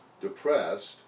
depressed